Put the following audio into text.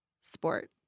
sport